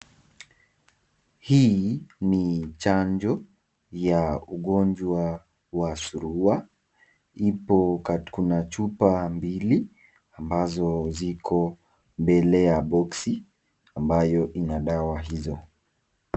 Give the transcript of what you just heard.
Hii, ni chanjo, ya, ugonjwa wa surua, ipo ka, kuna chupa mbili, ambazo ziko mbele ya boxi, ambayo ina dawa hizo.